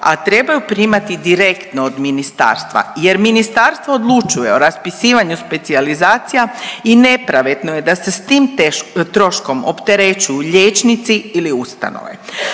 a trebaju primati direktno od ministarstva jer ministarstvo odlučuje u raspisivanju specijalizacija i nepravedno je da se s tim troškom opterećuju liječnici ili ustanove.